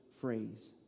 phrase